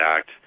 Act